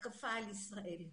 התקפה על ישראל.